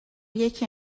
یکی